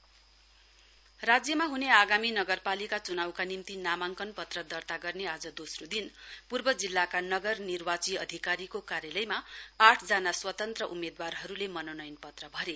municipal election राज्यमा हुने आगामी नगरपालिका च्नाउका निम्ति नामाङ्कन पत्र दाखिल गर्ने आज दोस्रो दिन पूर्व जिल्लाका नगर निर्वाची अधिकारीको कार्यालयमा आठ जना स्वतन्त्र उम्मेदवारहरूले मनोनयन पत्र भरे